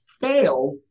fail